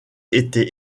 était